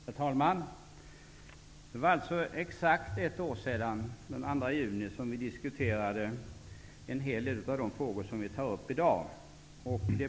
Herr talman! Det var alltså för exakt ett år sedan, den 2 juni, som vi diskuterade en hel del av de frågor som vi tar upp i dag.